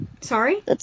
Sorry